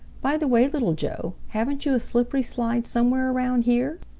by the way, little joe, haven't you a slippery slide somewhere around here?